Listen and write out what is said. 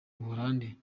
buholandi